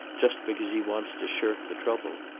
just because he wants to shirk the trouble.